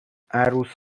عروس